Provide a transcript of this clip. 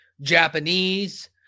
japanese